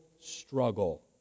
struggle